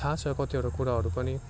थाह छ कतिवटा कुराहरू पनि